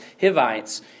Hivites